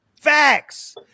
facts